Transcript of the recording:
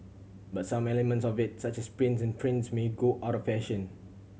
but some elements of it such as prints on prints may go out of fashion